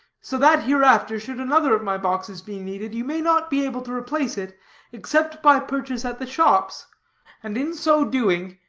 so that hereafter, should another of my boxes be needed, you may not be able to replace it except by purchase at the shops and, in so doing,